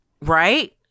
right